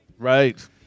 Right